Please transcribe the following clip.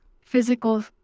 physical